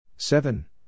Seven